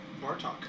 Bartok